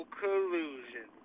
collusion